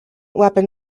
weapon